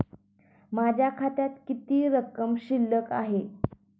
माझ्या खात्यात किती रक्कम शिल्लक आहे?